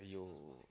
!aiyo!